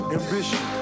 ambition